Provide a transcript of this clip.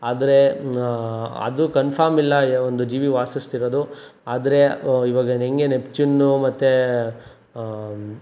ಆದರೆ ಅದು ಕನ್ಫರ್ಮ್ ಇಲ್ಲ ಒಂದು ಜೀವಿ ವಾಸಿಸ್ತಿರೋದು ಆದರೆ ಇವಾಗ ಹೇಗೆ ನೆಪ್ಚ್ಯೂನು ಮತ್ತೆ